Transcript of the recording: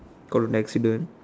got in accident